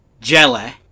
jelly